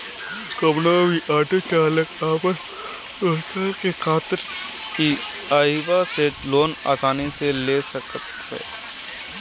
कवनो भी ऑटो चालाक आपन रोजगार करे खातिर इहवा से लोन आसानी से ले सकत हवे